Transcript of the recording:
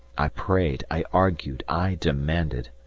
i prayed, i argued, i demanded.